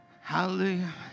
Hallelujah